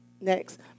Next